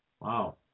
Wow